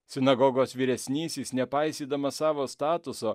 sinagogos vyresnysis nepaisydamas savo statuso